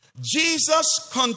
Jesus